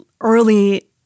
early